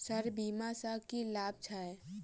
Sir बीमा सँ की लाभ छैय?